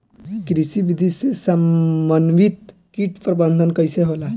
कृषि विधि से समन्वित कीट प्रबंधन कइसे होला?